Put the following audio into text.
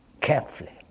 carefully